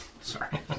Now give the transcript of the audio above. Sorry